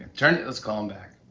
turn it let's call him back.